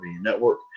Network